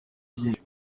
byinshi